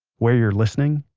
where you're listening,